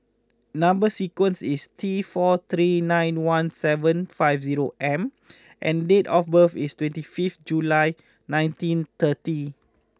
number sequence is T four three nine one seven five zero M and date of birth is twenty fifth July nineteen thirty